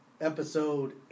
Episode